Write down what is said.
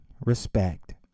respect